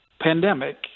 pandemic